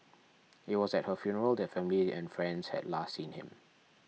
it was at her funeral that family and friends had last seen him